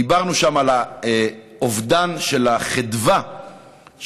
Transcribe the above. דיברנו שם על האובדן של החדווה של